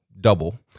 double